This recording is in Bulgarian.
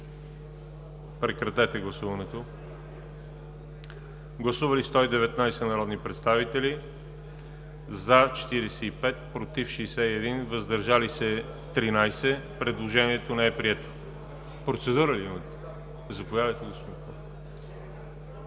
от Комисията. Гласували 119 народни представители: за 45, против 61, въздържали се 13. Предложението не е прието. Процедура ли има? Заповядайте, господин